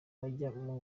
kujya